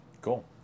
Cool